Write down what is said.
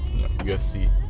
UFC